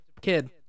kid